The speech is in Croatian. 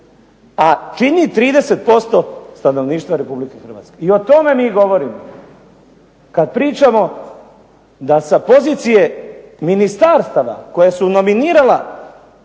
a čini 30% stanovništva Republike Hrvatske. I o tome mi govorimo kada pričamo da sa pozicije ministarstva koja su nominirala